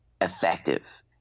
effective